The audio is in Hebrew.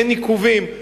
אין עיכובים.